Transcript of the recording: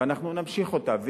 ואנחנו נמשיך אותה.